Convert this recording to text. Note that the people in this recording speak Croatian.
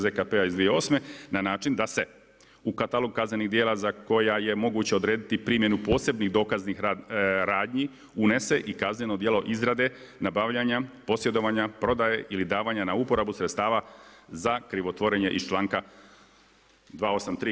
ZKP-a iz 2008. na način da se u katalog kaznenih djela za koja je moguće odrediti primjenu posebnih dokaznih radnji unese i kazneno djelo izrade, nabavljanja, posjedovanja, prodaje ili davanja na uporabu sredstava za krivotvorenje iz članka 283.